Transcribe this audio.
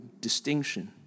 distinction